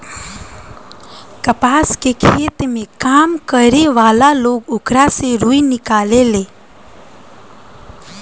कपास के खेत में काम करे वाला लोग ओकरा से रुई निकालेले